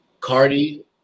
Cardi